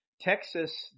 Texas